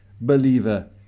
believer